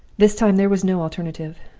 this time there was no alternative.